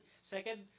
Second